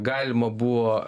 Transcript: galima buvo